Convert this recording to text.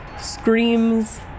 screams